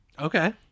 okay